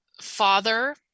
father